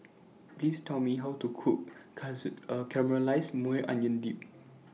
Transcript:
Please Tell Me How to Cook Caramelized Maui Onion Dip